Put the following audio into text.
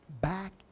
back